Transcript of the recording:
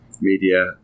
media